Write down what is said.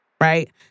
Right